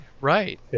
Right